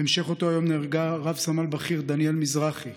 בהמשך אותו היום נהרגה רב-סמל בכיר דניאל מזרחי,